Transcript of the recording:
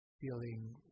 feeling